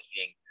eating